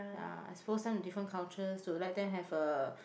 ya expose them to different cultures to let them have a